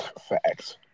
Facts